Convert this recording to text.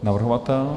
Navrhovatel?